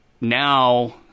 now